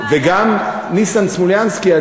וגם ניסן סמולינסקי,